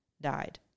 died